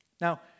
Now